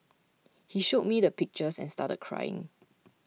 he showed me the pictures and started crying